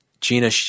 Gina